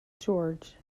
george